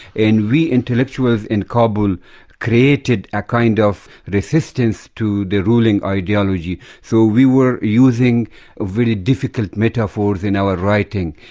and we intellectuals in kabul created a kind of resistance to the ruling ideology, so we were using very difficult metaphors in our writing.